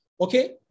okay